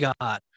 God